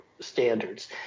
standards